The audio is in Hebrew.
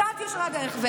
קצת יושרת דרך.